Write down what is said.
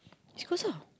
East Coast ah